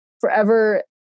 forever